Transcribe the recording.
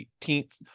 18th